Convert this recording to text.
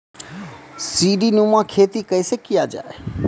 सीडीनुमा खेती कैसे किया जाय?